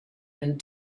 and